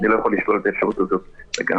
אני לא יכול לשלול את האפשרות הזאת לגמרי.